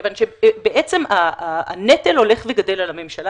כיוון שבעצם הנטל הולך וגדל על הממשלה